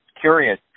curious